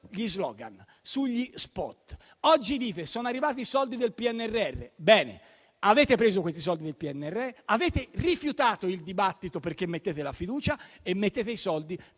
sugli *spot.* Oggi dite che sono arrivati i soldi del PNRR. Bene, avete preso questi soldi, avete rifiutato il dibattito perché ponete la fiducia, e mettete i soldi